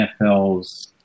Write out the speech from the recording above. NFL's